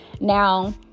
Now